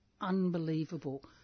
unbelievable